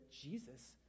Jesus